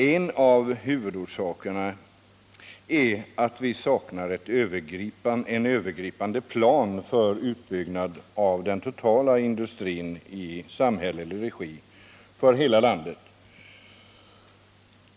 En av huvudorsakerna är att vi saknar en övergripande plan för utbyggnad av den totala industrin i samhällelig regi för hela landet.